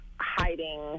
hiding